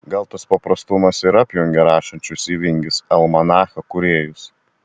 gal tas paprastumas ir apjungia rašančius į vingis almanachą kūrėjus